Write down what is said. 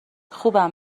خوبم